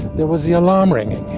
there was the alarm ringing